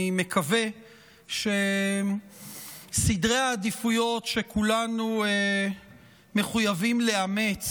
אני מקווה שסדרי העדיפויות שכולנו מחויבים לאמץ